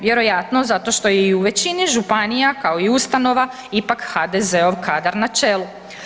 Vjerojatno zašto što je i u većini županija kao i ustanova ipak HDZ-ov kadar na čelu.